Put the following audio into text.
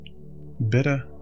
Better